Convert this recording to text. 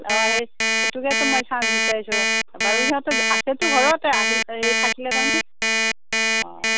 অঁ সেই সেইটোকেতো মই চাঞ্চটো বিচাৰিছোঁ বাৰু সিহঁতে আছেতো ঘৰতে আহিল হেৰি থাকিলে তাৰমানে অঁ